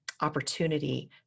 opportunity